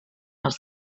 els